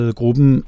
gruppen